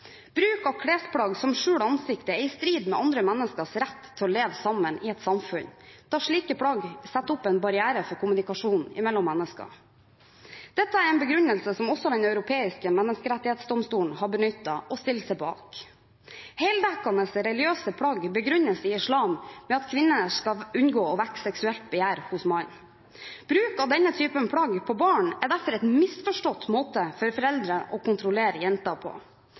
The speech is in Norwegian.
Bruk av klesplagg som skjuler ansiktet, er i strid med andre menneskers rett til å leve sammen i et samfunn, da slike plagg setter opp en barriere for kommunikasjon mellom mennesker. Dette er en begrunnelse som også Den europeiske menneskerettsdomstolen har benyttet og stiller seg bak. Heldekkende religiøse plagg begrunnes i islam med at kvinner skal unngå å vekke seksuelt begjær hos mannen. Bruk av denne typen plagg på barn er derfor en misforstått måte for foreldre å kontrollere jenter på,